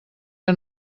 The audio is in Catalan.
que